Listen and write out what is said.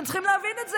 אתם צריכים להבין את זה.